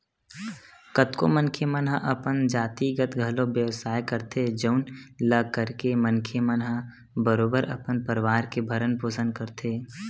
कतको मनखे मन हा अपन जातिगत घलो बेवसाय करथे जउन ल करके मनखे मन ह बरोबर अपन परवार के भरन पोसन करथे